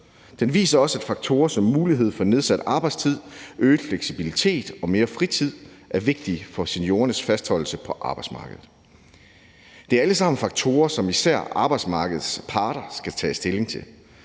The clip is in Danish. Den viser også, at faktorer som mulighed for nedsat arbejdstid, øget fleksibilitet og mere fritid er vigtige for seniorernes fastholdelse på arbejdsmarkedet. Det er alle sammen faktorer, som især arbejdsmarkedets parter skal tage stilling til,